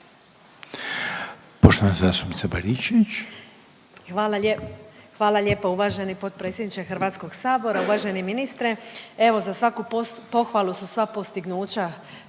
Danica (HDZ)** Hvala lijepo uvaženi potpredsjedniče Hrvatskog sabora. Uvaženi ministre evo za svaku pohvalu su sva postignuća